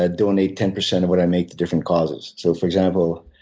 ah donate ten percent of what i make to different causes. so for example,